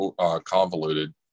convoluted